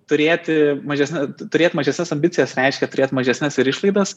turėti mažesne turėt mažesnes ambicijas reiškia turėt mažesnes ir išlaidas